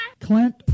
Clint